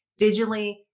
digitally